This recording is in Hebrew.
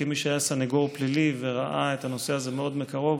כמי שהיה סנגור פלילי וראה את הנושא הזה מאוד מקרוב,